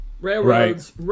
Railroads